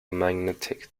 magnetic